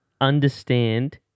understand